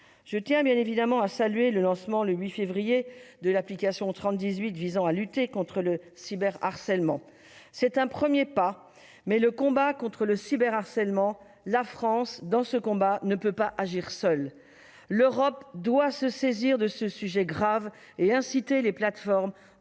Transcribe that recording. Je tiens à saluer le lancement, le 8 février dernier, de l'application 3018 visant à lutter contre le cyberharcèlement. C'est un premier pas, mais, dans le combat contre le cyberharcèlement, la France ne peut agir seule. L'Europe doit se saisir de ce sujet grave et inciter les plateformes